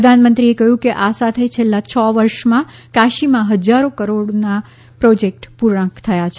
પ્રધાનમંત્રીએ કહ્યું કે આ સાથે છેલ્લાં છ વર્ષમાં કાશીમાં હજારો કરોડોના પ્રોજેક્ટ પૂર્ણ થયા છે